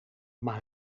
maar